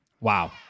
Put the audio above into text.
wow